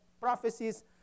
prophecies